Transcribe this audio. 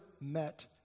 met